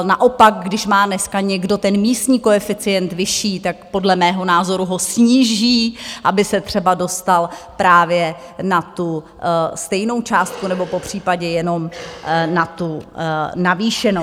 Naopak, když má dneska někdo ten místní koeficient vyšší, tak podle mého názoru ho sníží, aby se třeba dostal právě na tu stejnou částku nebo popřípadě jenom na tu navýšenou.